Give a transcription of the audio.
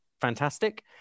fantastic